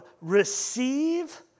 receive